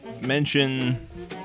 mention